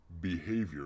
Behavior